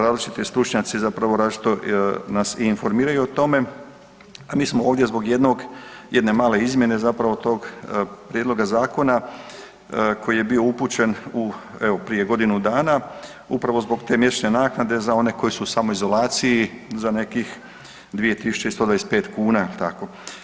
Različiti stručnjaci zapravo različito nas i informiraju o tome, a mi smo ovdje zbog jednog, jedne male izmjene zapravo tog prijedloga zakona koji je bio upućen u, evo prije godinu dana upravo zbog te …/nerazumljivo/… naknade za one koji su samoizolaciji za nekih 2.125 kuna, jel tako?